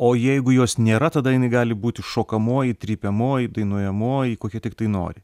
o jeigu jos nėra tada jinai gali būti šokamoji trypiamoji dainuojamoji kokia tiktai nori